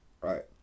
right